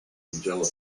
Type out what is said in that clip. angela